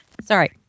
Sorry